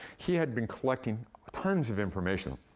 he had been collecting tons of information,